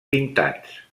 pintats